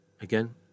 again